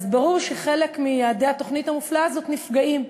אז ברור שחלק מיעדי התוכנית המופלאה הזאת נפגעים.